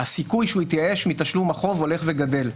הסיכוי שהוא יתייאש מתשלום החוב הולך וגדל.